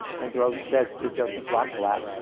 and groves says to joseph rotblat,